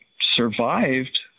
survived